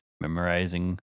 memorizing